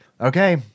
okay